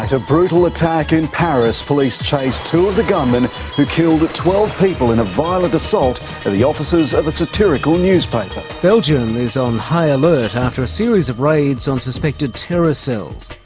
a brutal attack in paris. police chase two of the gunmen who killed twelve people in a violent assault at the offices of a satirical newspaper. belgium is on high alert after a series of raids on suspected terror cells.